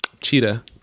Cheetah